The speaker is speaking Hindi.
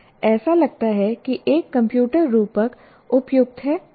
ऐसा लगता है कि एक कंप्यूटर रूपक उपयुक्त है